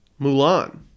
Mulan